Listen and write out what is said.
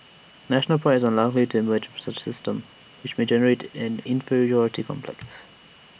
national Pride is unlikely to emerge from such A system which may generate an inferiority complex